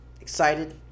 excited